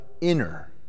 inner